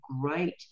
great